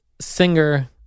singer